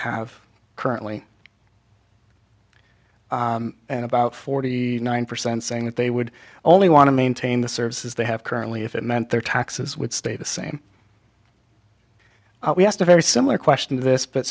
have currently about forty nine percent saying that they would only want to maintain the services they have currently if it meant their taxes would stay the same we asked a very similar question this but